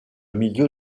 milieu